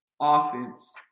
offense